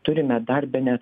turime dar bene